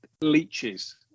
Leeches